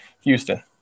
Houston